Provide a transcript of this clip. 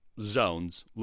zones